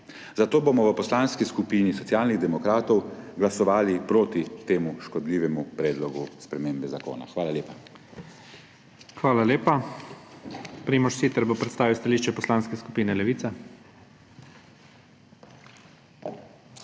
Zato bomo v Poslanski skupini Socialnih demokratov glasovali proti temu škodljivemu predlogu spremembe zakona. Hvala lepa. **PREDSEDNIK IGOR ZORČIČ:** Hvala lepa. Primož Siter bo predstavil stališče Poslanske skupine Levica.